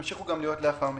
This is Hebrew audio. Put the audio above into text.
ימשיכו להיות לאחר מכן.